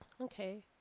Okay